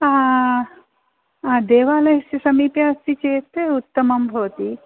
देवालयस्य समीपे अस्ति चेत् उत्तमं भवति